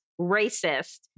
racist